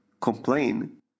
complain